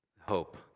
Hope